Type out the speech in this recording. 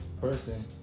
person